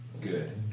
Good